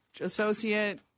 associate